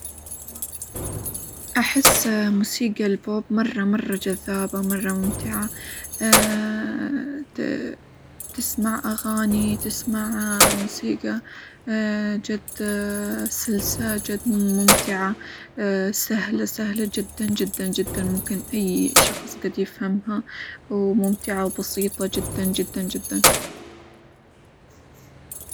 أحس موسيقى البوب مرة مرة جذابة، مرة ممتعة، تسمع أغاني، تسمع موسيقى جد سلسة، جد ممتعة سهلة سهلة جدًا جدًا جدًا، ممكن أي شخص قد يفهمها، وممتعة، وبسيطة جدًا جدًا جدًا.